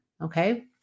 Okay